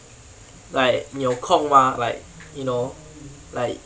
like 你有空吗 like you know like